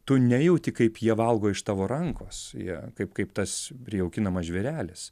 tu nejauti kaip jie valgo iš tavo rankos jie kaip kaip tas prijaukinamas žvėrelis